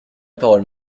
parole